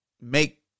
make